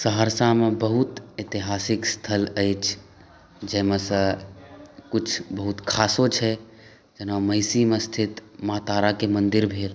सहरसामे बहुत एतिहासिक स्थल अछि जाहिमे सऽ किछु बहुत खासो छै जेना महिषी मे स्थित माँ ताराके मन्दिर भेल